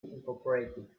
incorporated